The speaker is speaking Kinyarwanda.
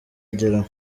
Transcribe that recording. ageraho